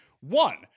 One